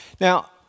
Now